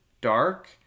dark